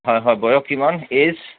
হয় হয় বয়স কিমান এইজ